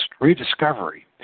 rediscovery